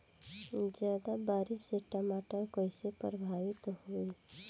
ज्यादा बारिस से टमाटर कइसे प्रभावित होयी?